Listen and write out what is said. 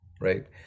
right